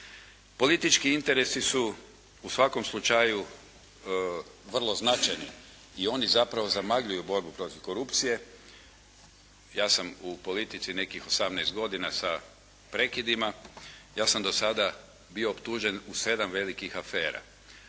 Politički interesi su u svakom slučaju vrlo značajni i oni zapravo zamagljuju borbu protiv korupcije. Ja sam u politici nekih 18 godina sa prekidima, ja sam do sada bio optužen u 7 velikih afera.